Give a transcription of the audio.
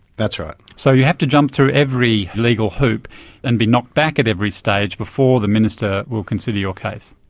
that's right. so you have to jump through every legal hoop and be knocked back at every stage before the minister will consider your case?